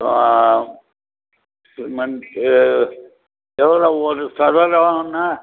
அப்புறம் சிமெண்ட்டு எவ்வளோ ஒரு சதுரம்ன்னா